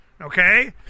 okay